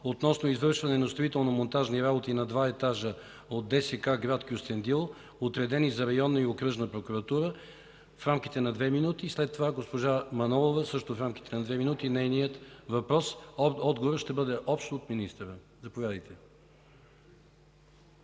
относно извършване на строително-монтажни работи на два етажа от ДСК – град Кюстендил, отредени за Районна и Окръжна прокуратура – в рамките на две минути, след това госпожа Мая Манолова – също в рамките на две минути с нейния въпрос. Отговорът ще бъде общ от министъра. Заповядайте!